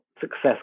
Success